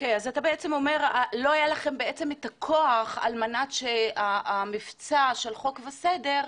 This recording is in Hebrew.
אז אתה בעצם אומר שלא היה לכם את הכוח על מנת שהמבצע של "חוק וסדר"